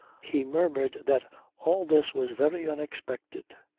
he murmured that all this was very unexpected.